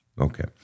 Okay